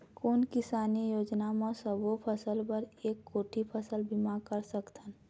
कोन किसानी योजना म सबों फ़सल बर एक कोठी फ़सल बीमा कर सकथन?